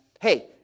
hey